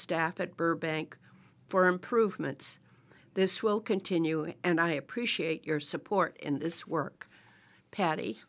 staff at burbank for improvements this will continue and i appreciate your support in this work patty